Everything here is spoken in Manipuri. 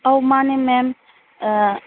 ꯑꯧ ꯃꯥꯅꯦ ꯃꯦꯝ